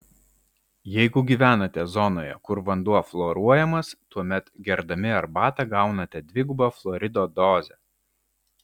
jeigu gyvenate zonoje kur vanduo fluoruojamas tuomet gerdami arbatą gaunate dvigubą fluorido dozę